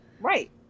Right